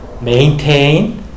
maintain